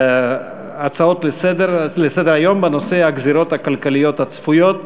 הצעות לסדר-היום בנושא: הגזירות הכלכליות הצפויות,